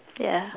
ya